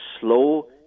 slow